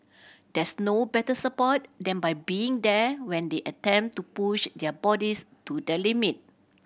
there's no better support than by being there when they attempt to push their bodies to the limit